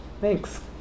Thanks